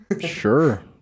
sure